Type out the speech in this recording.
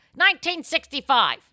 1965